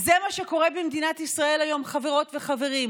אני חוזר ואומר: